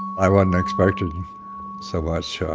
i wasn't expecting so much